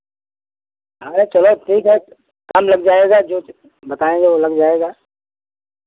अरे चलो ठीक है कम लग जाएगा जो बताएंगे वो लग जाएगा